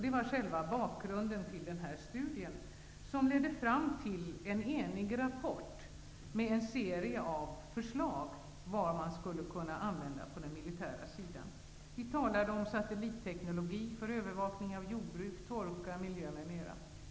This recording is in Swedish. Detta var själva bakgrunden till denna studie, som ledde fram till en enig rapport med en serie av förslag på vad som kan användas från den militära sektorn. Vi talade om satellitteknologi för övervakning av jordbruk, torka och miljö m.m.